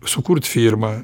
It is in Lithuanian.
sukurt firma